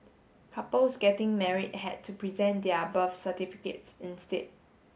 couples getting married had to present their birth certificates instead